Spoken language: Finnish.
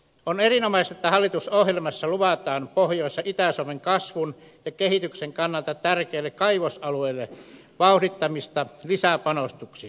on erinomaista että hallitusohjelmassa luvataan pohjois ja itä suomen kasvun ja kehityksen kannalta tärkeälle kaivosalueelle vauhdittamista lisäpanostuksin